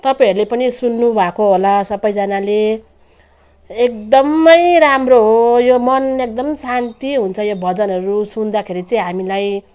तपाईँहरूले पनि सुन्नु भएको होला सबजनाले एकदम राम्रो हो यो मन एकदम शान्ति हुन्छ यो भजनहरू सुन्दाखेरि चाहिँ हामीलाई